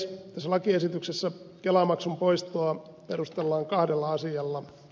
tässä lakiesityksessä kelamaksun poistoa perustellaan kahdella asialla